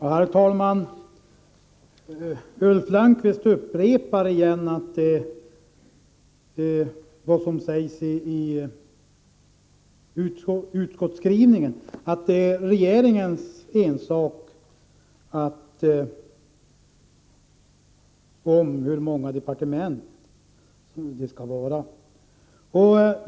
Herr talman! Ulf Lönnqvist upprepar igen vad som sägs i utskottets skrivning, nämligen att det är regeringens ensak att avgöra hur många departement det skall vara.